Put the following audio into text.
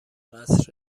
قصر